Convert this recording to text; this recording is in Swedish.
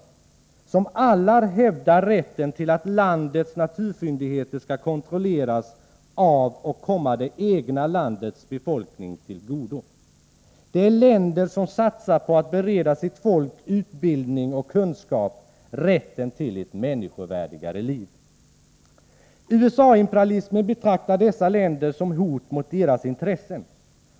Det är länder som alla hävdar rätten till att landets naturfyndigheter skall kontrolleras av det egna landets befolkning och komma detta till godo. Det är länder som satsar på att bereda sitt folk utbildning och kunskap, rätten till ett människovärdigare liv. USA-imperialismen betraktar dessa länder som hot mot deras intressen.